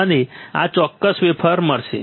અમને આ ચોક્કસ વેફર મળશે